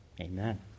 Amen